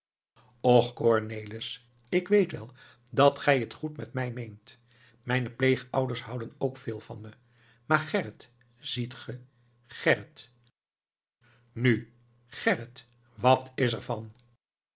cornelis ik weet wel dat gij het goed met mij meent mijne pleegouders houden ook veel van me maar gerrit ziet ge gerrit nu gerrit wat is er van